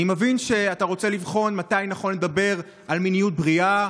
אני מבין שאתה רוצה לבחון מתי נכון לדבר על מיניות בריאה,